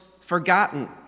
forgotten